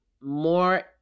more